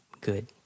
good